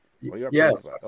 Yes